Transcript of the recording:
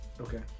Okay